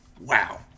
Wow